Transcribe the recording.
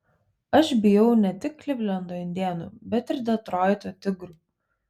aš bijau ne tik klivlendo indėnų bet ir detroito tigrų